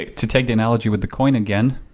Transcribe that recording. to take the analogy with the coin again,